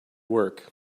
work